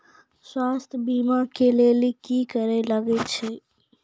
स्वास्थ्य बीमा के लेली की करे लागे छै?